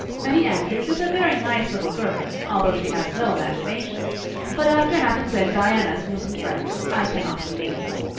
minnie andrews is a very nice little girl although she has no imagination but after having been diana's busum friend i cannot be minnie's.